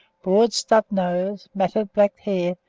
broad snub noses, matted black hair,